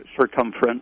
circumference